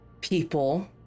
people